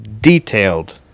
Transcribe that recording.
detailed